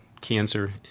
cancer